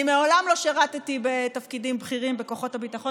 אני מעולם לא שירתי בתפקידים בכירים בכוחות הביטחון,